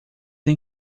nem